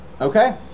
Okay